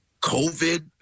COVID